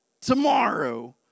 tomorrow